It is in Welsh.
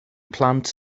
plant